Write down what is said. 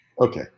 okay